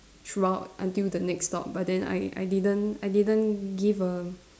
throughout until the next stop but then I I didn't I didn't give a